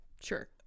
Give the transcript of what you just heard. Sure